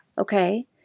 okay